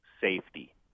safety